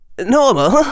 Normal